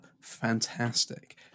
fantastic